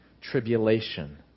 tribulation